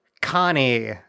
Connie